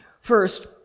First